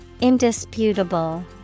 Indisputable